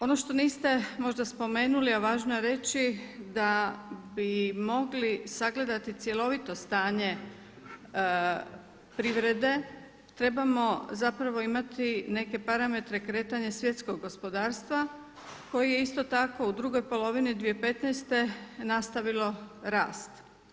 Ono što niste možda spomenuli, a važno je reći da bi mogli sagledati cjelovito stanje privrede trebamo zapravo imati neke parametre kretanja svjetskog gospodarstva koje je isto tako u drugoj polovini 2015. nastavilo rast.